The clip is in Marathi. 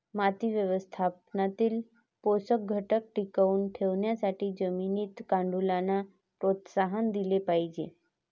माती व्यवस्थापनातील पोषक घटक टिकवून ठेवण्यासाठी जमिनीत गांडुळांना प्रोत्साहन दिले पाहिजे